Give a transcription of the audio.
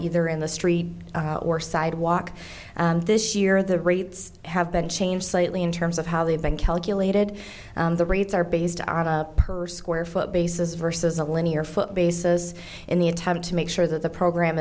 either in the street or sidewalk and this year the rates have been changed slightly in terms of how they have been calculated the rates are based on a per square foot basis versus a linear foot basis in the attempt to make sure that the program